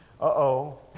Uh-oh